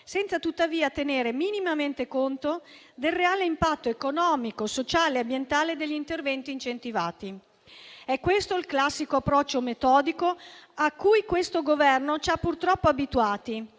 senza tuttavia tenere minimamente conto del reale impatto economico, sociale e ambientale degli interventi incentivati. È questo il classico approccio metodico a cui il Governo in carica ci ha purtroppo abituati